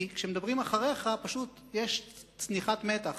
כי כשמדברים אחריך יש פשוט צניחת מתח.